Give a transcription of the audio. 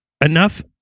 enough